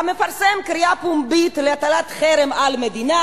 "המפרסם קריאה פומבית להטלת חרם על מדינה